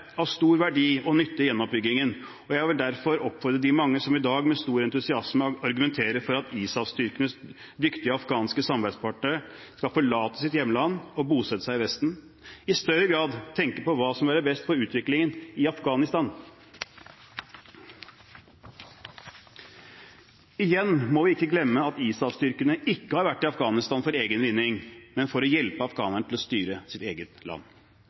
av stor verdi og nytte i gjenoppbyggingen, og jeg vil derfor oppfordre de mange som i dag med stor entusiasme argumenterer for at ISAF-styrkenes dyktige samarbeidspartnere skal forlate sitt hjemland og bosette seg i Vesten, i større grad tenker på hva som vil være best for utviklingen i Afghanistan. Igjen må vi ikke glemme at ISAF-styrkene ikke har vært i Afghanistan for egen vinning, men for å hjelpe afghanerne til å styre sitt eget land.